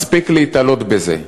מספיק להתלות בזה.